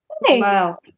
Wow